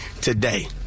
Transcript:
today